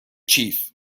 chief